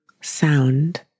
sound